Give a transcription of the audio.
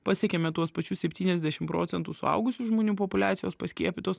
pasiekėme tuos pačius septyniasdešimt procentų suaugusių žmonių populiacijos paskiepytos